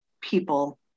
people